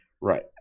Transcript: Right